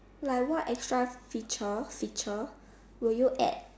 like what extra feature feature would you add